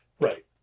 right